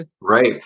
Right